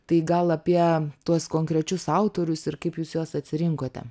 tai gal apie tuos konkrečius autorius ir kaip jūs juos atsirinkote